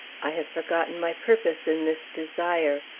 i have forgotten my purpose in this desire.